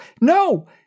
no